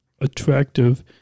attractive